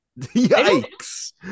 Yikes